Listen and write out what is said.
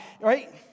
right